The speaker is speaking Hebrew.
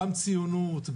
גם ציונות,